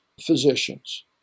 physicians